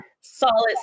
solid